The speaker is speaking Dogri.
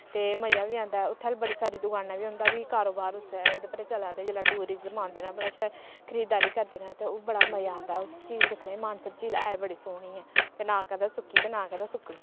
ते मजा बी औंदा ऐ उत्थै बड़ी सारी दकानां बी उं'दा बी कारोबार होंदा ऐ ओह्दे पर चला दा जेल्लै टूरिज्म औंदे न बड़ा शैल खरीददारी करदे न उत्थै ते बड़ा मजा औंदा ऐ उस झील दिक्खने मानसर झील है बी बड़ी सोह्नी ऐ ते ना कदै सुक्की ते ना कदै सुक्कनी ऐ